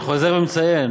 אני חוזר ומציין,